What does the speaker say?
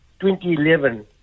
2011